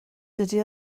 dydy